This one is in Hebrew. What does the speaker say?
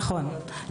נכון.